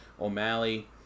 O'Malley